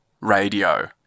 radio